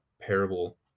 parable